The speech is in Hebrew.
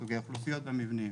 סוגי אוכלוסיות ומבנים,